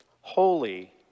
holy